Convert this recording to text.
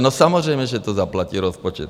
No samozřejmě že to zaplatí rozpočet.